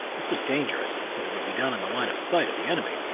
this was dangerous as it would be done in the line of sight of the enemy.